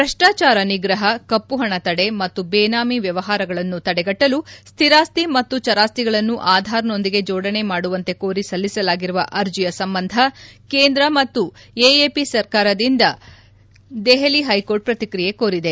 ಭ್ರಷ್ಪಾಚಾರ ನಿಗ್ರಹ ಕಪ್ಪುಹಣ ತಡೆ ಮತ್ತು ಬೇನಾಮಿ ವ್ಯವಹಾರಗಳನ್ನು ತಡೆಗಟ್ಟಲು ಸ್ತಿರಾಸ್ತಿ ಮತ್ತು ಚರಾಸ್ತಿಗಳನ್ನು ಆಧಾರ್ನೊಂದಿಗೆ ಜೋಡಣೆ ಮಾಡುವಂತೆ ಕೋರಿ ಸಲ್ಲಿಸಲಾಗಿರುವ ಅರ್ಜಿಯ ಸಂಬಂಧ ಕೇಂದ್ರ ಮತ್ತು ಎಎಪಿ ಸರ್ಕಾರದಿಂದ ದೆಹಲಿ ಹೈಕೋರ್ಟ್ ಪ್ರತಿಕ್ರಿಯೆ ಕೋರಿದೆ